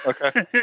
Okay